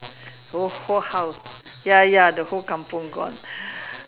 whole whole house ya ya the whole kampung gone